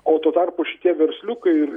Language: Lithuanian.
o tuo tarpu šitie versliukai ir